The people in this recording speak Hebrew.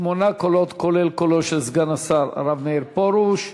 שמונה קולות, כולל קולו של סגן השר הרב מאיר פרוש.